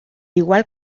igual